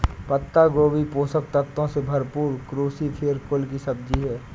पत्ता गोभी पोषक तत्वों से भरपूर क्रूसीफेरी कुल की सब्जी है